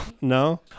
No